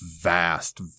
vast